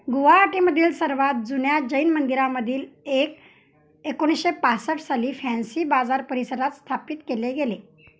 गुवाहाटीमधील सर्वात जुन्या जैन मंदिरामधील एक एकोणीसशे पाासष्ठ साली फॅन्सी बाजार परिसरात स्थापित केले गेले